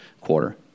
quarter